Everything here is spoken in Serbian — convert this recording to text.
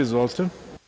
Izvolite.